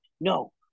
No